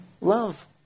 love